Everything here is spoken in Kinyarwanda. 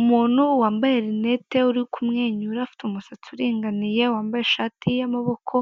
Umuntu wambaye linete uri kumwenyura ufite umusatsi uringaniye wambaye ishati y'amaboko